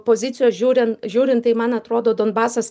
pozicijos žiūrin žiūrin tai man atrodo donbasas